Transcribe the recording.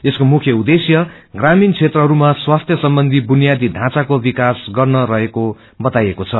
यसको मुख्य उद्दश्य ग्रामीण क्षेत्रहरूमा स्वास्थ्य सम्बन्धी बुनियादी ढ़्जँचाको विकास गर्ने रहेको बताइएको छ